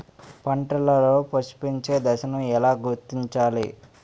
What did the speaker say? పంటలలో పుష్పించే దశను ఎలా గుర్తించాలి?